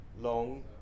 long